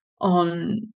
on